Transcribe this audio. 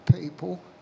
people